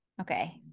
Okay